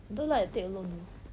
I don't like to take alone